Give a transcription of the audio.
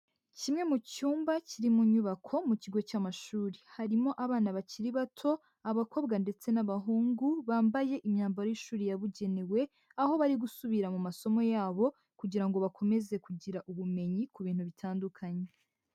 Kimwe mu cyumba kiri mu nyubako mu kigo cy'amashuri. Harimo abana bakiri bato, abakobwa ndetse n'abahungu bambaye imyambaro y'ishuri yabugenewe, aho bari gusubira mu masomo yabo kugira ngo bakomeze kugira ubumenyi ku bintu bitandukanye.